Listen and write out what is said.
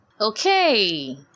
Okay